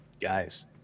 guys